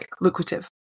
lucrative